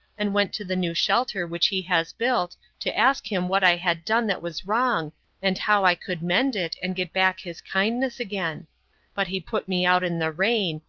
and went to the new shelter which he has built, to ask him what i had done that was wrong and how i could mend it and get back his kindness again but he put me out in the rain,